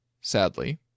sadly